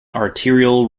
arterial